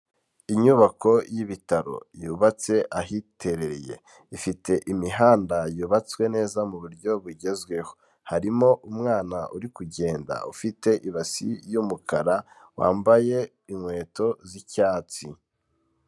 Inyubako y'ibitaro yubatse ahiterereye ifite imihanda yubatswe neza mu buryo bugezweho harimo umwana uri kugenda ufite ibasi y'umukara wambaye inkweto z'icyatsi.